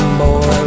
boy